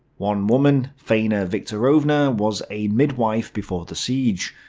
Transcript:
one woman faina viktorovna was a midwife before the siege.